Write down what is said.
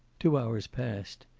two hours passed.